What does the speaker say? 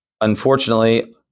unfortunately